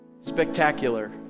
spectacular